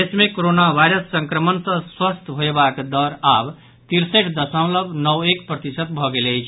देश मे corona virus संक्रमण सँ स्वस्थ होयबाक दर आब तिरसठि दशमलव नओ एक प्रतिशत भऽ गेल अछि